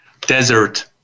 desert